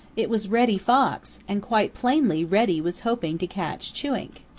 it was reddy fox, and quite plainly reddy was hoping to catch chewink.